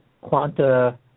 quanta